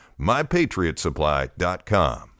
MyPatriotSupply.com